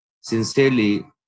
sincerely